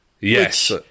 Yes